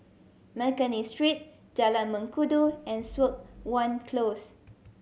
McNally Street Jalan Mengkudu and Siok Wan Close